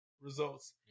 results